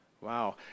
Wow